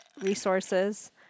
resources